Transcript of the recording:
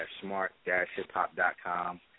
smart-hiphop.com